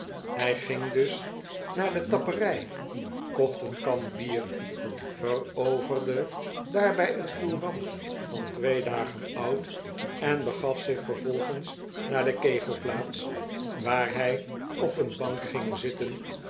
hij ging dus naar de tapperij kocht een kan bier veroverde daarbij een courant van twee dagen oud en begaf zich vervolgens naar de kegelplaats waar hij op een bank ging zitten